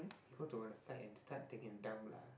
he go to one of the side and start taking a dump lah